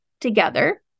together